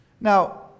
Now